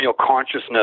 consciousness